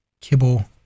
Kibble